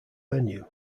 venue